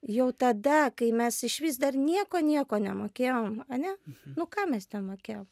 jau tada kai mes išvis dar nieko nieko nemokėjom ane nu ką mes ten mokėjom